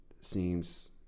seems